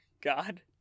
God